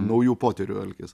naujų potyrių alkis